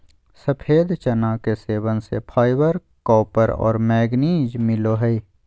सफ़ेद चना के सेवन से फाइबर, कॉपर और मैंगनीज मिलो हइ